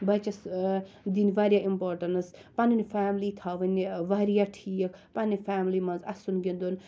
بَچَس دِنۍ واریاہ اِمپاٹَیٚنٕس پَنٕنۍ فیملی تھاوٕنۍ واریاہ ٹھیٖک پَننہِ فیملی مَنٛز اَسُن گِنٛدُن